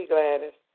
Gladys